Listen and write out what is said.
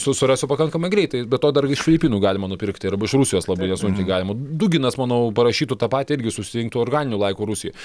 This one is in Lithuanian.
su surasiu pakankamai greitai be to dar iš filipinų galima nupirkti arba iš rusijos labai nesunkiai galima duginas manau parašytų tą patį irgi susirinktų organinių laikų rusijoj